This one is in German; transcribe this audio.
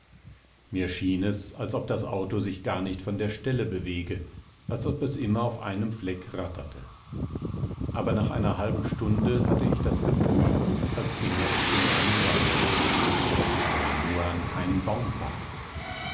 mir schien es als ob das auto sich gar nicht von der stelle bewege als ob es immer auf einem fleck ratterte aber nach einer halben stunde hatte ich das gefühl als ginge es durch eine wald wenn wir nur an keinen baum fahren